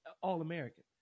All-American